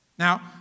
Now